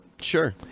Sure